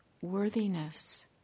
worthiness